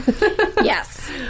yes